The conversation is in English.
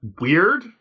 weird